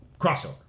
Crossover